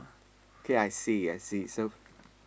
okay I see I see so